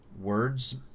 words